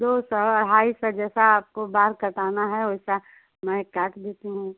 दो सौ अढ़ाई सौ जैसा आपको बाल कटाना है वैसा मैं काट देती हूँ